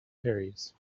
fairies